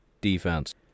defense